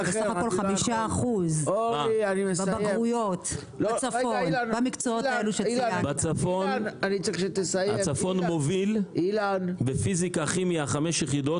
בצפון הם בסך הכול 5%. הצפון מוביל בפיזיקה וכימייה חמש יחידות,